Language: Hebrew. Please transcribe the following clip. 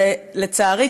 ולצערי,